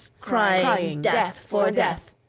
crying death for death!